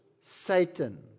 satan